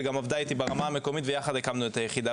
וגם עבדה איתי ברמה המקומית ויחד הקמנו את היחידה,